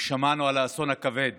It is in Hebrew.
ושמענו על האסון הכבד